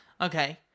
Okay